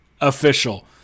official